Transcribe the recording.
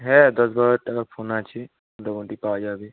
হ্যাঁ দশ বারো হাজার টাকার ফোন আছে মোটামুটি পাওয়া যাবে